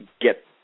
get